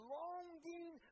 longing